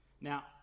Now